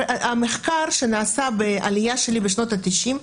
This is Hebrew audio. המחקר שנעשה בעלייה שלי בשנות ה-90,